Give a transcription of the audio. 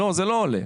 זה לא עולה.